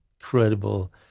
incredible